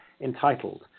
entitled